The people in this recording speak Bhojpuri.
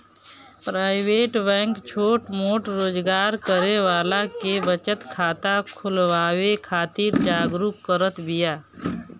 प्राइवेट बैंक छोट मोट रोजगार करे वाला के बचत खाता खोलवावे खातिर जागरुक करत बिया